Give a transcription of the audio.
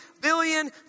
billion